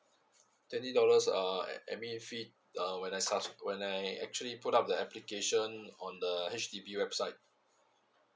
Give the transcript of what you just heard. twenty dollars uh admin fee uh when I subs~ when I actually put up the application on the H_D_B website